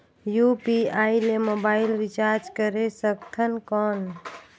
UPI ले mobile recharge करे सकथन कौन?